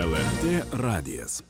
lrt radijas